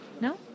No